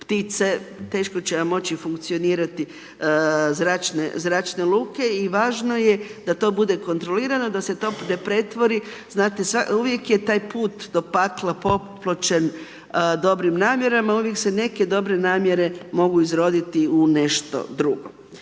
ptice, teško će vam moći funkcionirati zračne luke i važno je da to bude kontrolirano da se to ne pretvori, znate uvijek je taj put do pakla popločen dobrim namjerama, uvijek se neke dobre namjere mogu izroditi u nešto drugo.